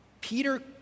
Peter